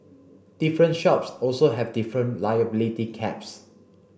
different shops also have different liability caps